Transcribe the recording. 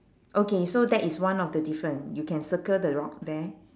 okay so that is one of the different you can circle the rock there